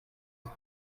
ist